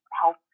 help